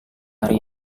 hari